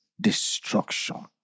destruction